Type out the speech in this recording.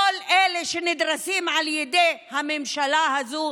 כל אלה שנדרסים על ידי הממשלה הזו.